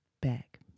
back